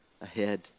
ahead